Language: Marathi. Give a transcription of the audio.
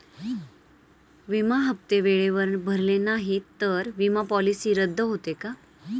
विमा हप्ते वेळेवर भरले नाहीत, तर विमा पॉलिसी रद्द होते का?